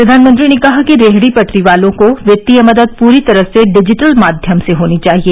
प्रधानमंत्री ने कहा कि रेहड़ी पटरी वालों को वित्तीय मदद पूरी तरह से डिजिटल माध्यम से होनी चाहिए